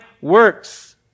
works